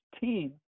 team